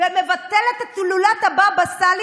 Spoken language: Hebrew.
ומבטלת את הילולת הבבא סאלי,